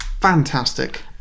fantastic